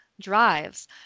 drives